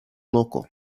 loko